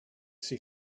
she